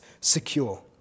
secure